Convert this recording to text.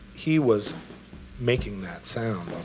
he was making that sound